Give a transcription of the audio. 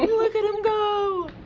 look at him go!